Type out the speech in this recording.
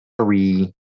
three